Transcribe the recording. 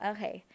Okay